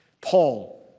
Paul